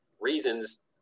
reasons –